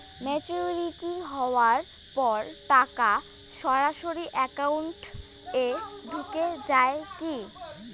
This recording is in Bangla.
ম্যাচিওরিটি হওয়ার পর টাকা সরাসরি একাউন্ট এ ঢুকে য়ায় কি?